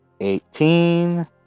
eighteen